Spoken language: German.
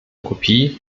kopie